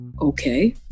Okay